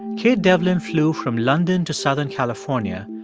kate devlin flew from london to southern california,